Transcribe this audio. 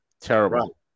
Terrible